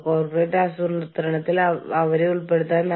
ഞങ്ങൾ നിങ്ങളുടെ താൽപ്പര്യങ്ങൾ കണക്കിലെടുക്കും